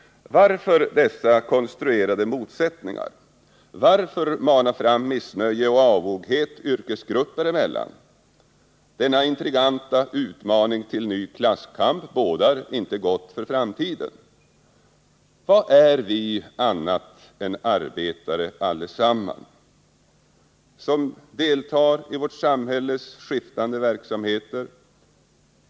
Varför tar man upp dessa konstruerade motsättningar? Varför manar man fram missämja och avoghet yrkesgrupperna emellan? Denna intriganta utmaning till ny klasskamp bådar inte gott för framtiden. Vad är vi annat än arbetare allesammans, som deltar i vårt samhälles skiftande verksamheter?